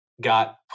got